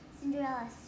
Cinderella